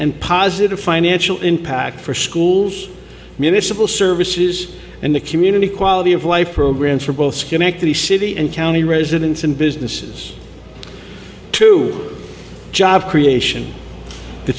and positive financial impact for schools municipal services and the community quality of life programs for both schematic the city and county residents and businesses to job creation the